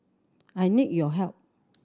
I need your help